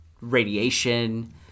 radiation